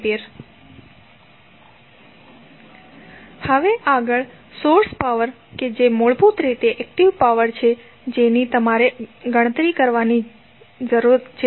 12◦ A હવે આગળ source power કે જે મૂળભૂત રીતે એક્ટીવ પાવર છે જેની તમારે ગણતરી કરવાની જરૂર છે